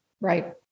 Right